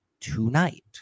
tonight